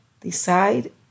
Decide